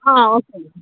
okay అండి